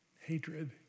hatred